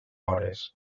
hores